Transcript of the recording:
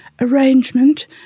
arrangement